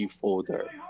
folder